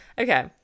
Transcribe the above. Okay